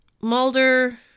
Mulder